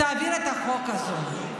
תעביר את החוק הזה.